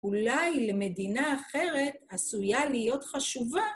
אולי למדינה אחרת עשויה להיות חשובה ..